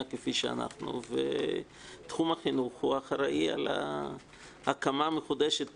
כפי שאנחנו ותחום החינוך הוא האחראי על ההקמה המחודשת